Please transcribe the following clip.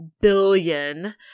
billion –